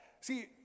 See